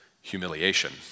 humiliation